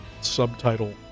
subtitle